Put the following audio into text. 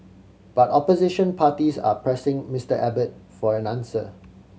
but opposition parties are pressing Mister Abbott for an answer